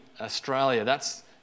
Australia—that's